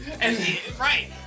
Right